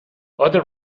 other